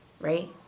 Right